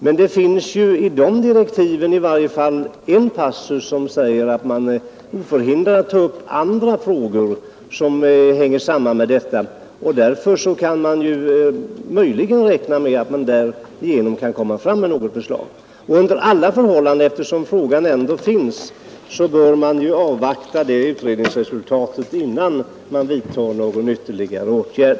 Men det finns i direktiven i varje fall en passus som säger att utredningen är oförhindrad att ta upp andra frågor i sammanhanget, och därför kan man möjligen räkna med att det skall komma fram något förslag av den innebörd herr Olof Johansson önskar. Under alla förhållanden bör man dock avvakta utredningens resultat, innan man vidtar någon ytterligare åtgärd.